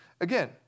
again